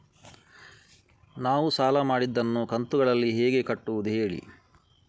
ನಾವು ಸಾಲ ಮಾಡಿದನ್ನು ಕಂತುಗಳಲ್ಲಿ ಹೇಗೆ ಕಟ್ಟುದು ಹೇಳಿ